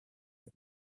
him